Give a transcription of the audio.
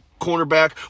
cornerback